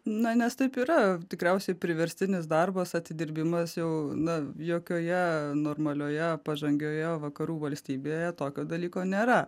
na nes taip yra tikriausiai priverstinis darbas atidirbimas jau na jokioje normalioje pažangioje vakarų valstybėje tokio dalyko nėra